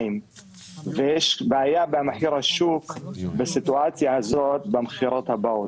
יש בעיה עם מחיר השוק בסיטואציה הזאת במכירות הבאות.